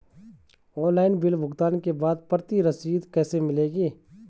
Online bill भुगतान के बाद प्रति रसीद कैसे मिलेगी?